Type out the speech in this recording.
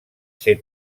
ser